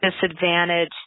disadvantage